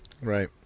Right